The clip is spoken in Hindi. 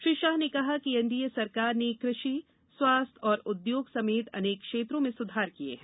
श्री शाह ने कहा कि एनडीए सरकार ने कृषि स्वास्थ्य और उद्योग समेत अनेक क्षेत्रों में सुधार किये हैं